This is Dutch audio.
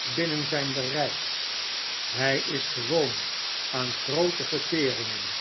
binnen zijn bereik hij is gewoon aan groote verteringen